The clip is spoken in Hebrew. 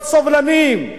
להיות סובלניים,